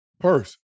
purse